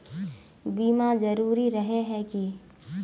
बीमा जरूरी रहे है की?